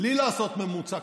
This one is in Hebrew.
בלי לעשות ממוצע,